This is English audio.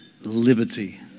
liberty